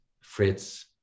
Fritz